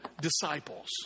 disciples